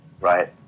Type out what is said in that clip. Right